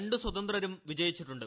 രണ്ടു സ്വതന്ത്രരും വിജയിച്ചിട്ടുണ്ട്